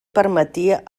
permetia